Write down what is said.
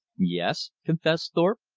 yes, confessed thorpe.